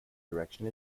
direction